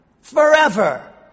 Forever